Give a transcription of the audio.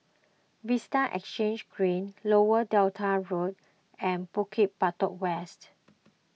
Vista Exhange Green Lower Delta Road and Bukit Batok West